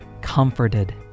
comforted